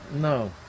No